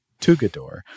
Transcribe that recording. Tugador